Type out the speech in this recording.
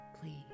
Please